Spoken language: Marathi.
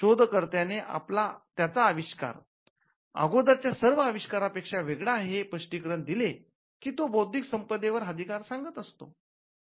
शोधकर्त्याने त्याचा अविष्कार अगोदरच्या सर्व आविष्कारांपेक्षा वेगळा आहे हे स्पष्टीकरण दिले की तो बौद्धिक संपदेवर अधिकार सांगत असतो